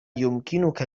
يمكنك